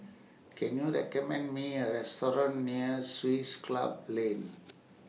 Can YOU recommend Me A Restaurant near Swiss Club Lane